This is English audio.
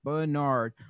Bernard